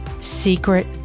secret